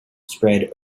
spread